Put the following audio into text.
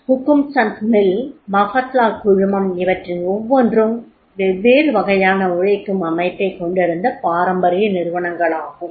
Ltd Hukumchand mill Mafatlal குழுமம் இவற்றின் ஒவ்வொன்றும் வெவ்வேறு வகையான உழைக்கும் அமைப்பைக் கொண்டிருந்த பாரம்பரிய நிறுவனங்களாகும்